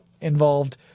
involved